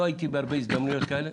לא הייתי בהרבה הזדמנויות כאלה.